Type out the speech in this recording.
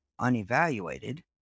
unevaluated